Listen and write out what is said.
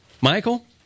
Michael